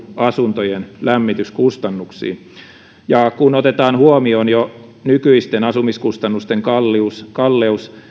asuntojen lämmityskustannuksiin kun otetaan huomioon jo nykyisten asumiskustannusten kalleus kalleus